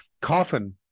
coffin